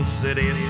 city